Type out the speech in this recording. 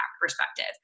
perspective